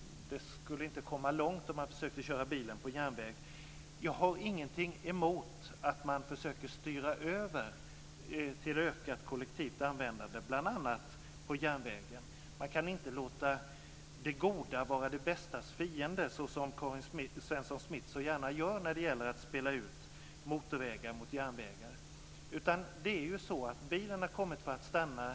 inte skulle komma långt om man försökte köra bilen på järnväg. Jag har inget emot att man försöker styra över till ökat kollektivt användande bl.a. på järnvägen. Men man kan inte låta det goda vara det bästas fiende som Karin Svensson Smith så gärna gör när det gäller att spela ut motorvägar mot järnvägar. Det är ju så att bilen har kommit för att stanna.